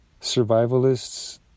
survivalists